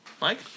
Mike